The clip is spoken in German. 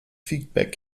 feedback